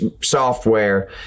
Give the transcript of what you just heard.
software